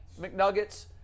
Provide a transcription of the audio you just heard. mcnuggets